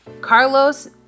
carlos